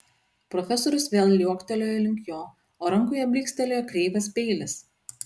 profesorius vėl liuoktelėjo link jo o rankoje blykstelėjo kreivas peilis